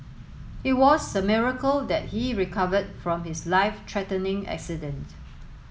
it was a miracle that he recovered from his life threatening accident